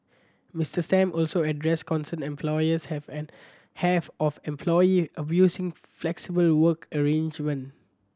Mister Sam also addressed concern employers have an have of employee abusing flexible work arrangement